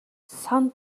сан